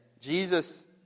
Jesus